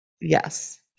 yes